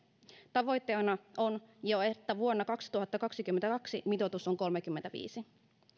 tavoitteena on että jo vuonna kaksituhattakaksikymmentäkaksi mitoitus on kolmekymmentäviisi